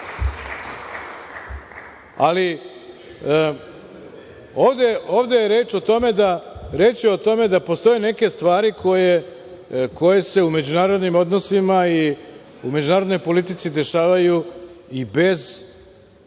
ligu. Ovde je reč o tome da postoje neke stvari koje se u međunarodnim odnosima i međunarodnoj politici dešavaju i bez